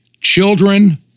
Children